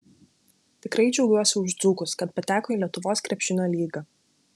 tikrai džiaugiuosi už dzūkus kad pateko į lietuvos krepšinio lygą